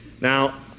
Now